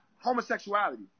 homosexuality